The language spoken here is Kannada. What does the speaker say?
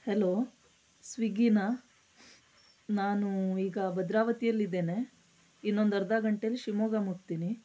ಹಲೋ ಸ್ವಿಗ್ಗಿನ ನಾನು ಈಗ ಭದ್ರಾವತಿಯಲ್ಲಿ ಇದ್ದೇನೆ ಇನ್ನೊಂದು ಅರ್ಧ ಗಂಟೇಲಿ ಶಿವಮೊಗ್ಗ ಮುಟ್ತೀನಿ